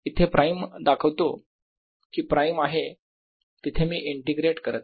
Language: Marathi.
इथे प्राईम दाखवतो कि प्राईम आहे तिथे मी इंटिग्रेट करत आहे